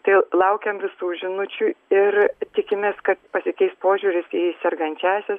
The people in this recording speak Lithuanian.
tai laukiam visų žinučių ir tikimės kad pasikeis požiūris į sergančiąsias